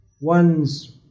one's